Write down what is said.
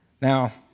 Now